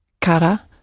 Kara